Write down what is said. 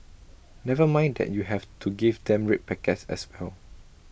never mind that you have to give them red packets as well